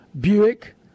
Buick